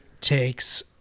takes